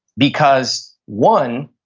because, one,